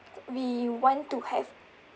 we want to have